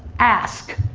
ask.